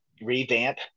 revamp